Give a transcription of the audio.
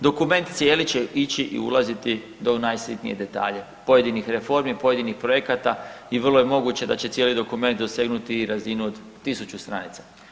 Dokument cijeli će ići i ulaziti do u najsitnije detalje pojedinih reformi, pojedinih projekata i vrlo je moguće da će cijeli dokument doseći razinu od tisuću stranica.